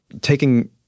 taking